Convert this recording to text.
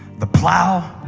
the plow.